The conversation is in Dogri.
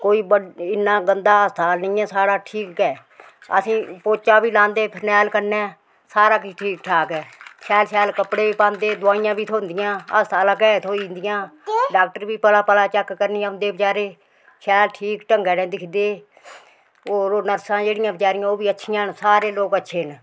कोई इन्ना गंदा अस्पताल नी ऐ साढ़ा ठीक ऐ असें पोचा बी लांदे फरनैल कन्नै सारा किश ठीक ठाक ऐ शैल शैल कपड़े बी पांदे दवाइयां बी थ्होंदियां अस्पताला गै थ्होई जंदियां डाक्टर बी पलै पलै चैक करने गी औंदे बेचारे शैल ठीक ढंगै ने दिखदे होर ओह् नरसां जेह्ड़ियां बचारियां ओह बी अच्छियां न सारे लोक अच्छे न